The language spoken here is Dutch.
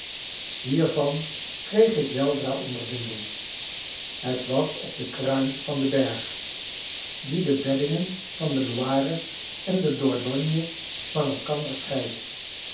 hiervan kreeg ik weldra de ondervinding het was op de kruin van den berg die de beddingen van de loire en de dordogne van elkander scheidt